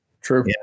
true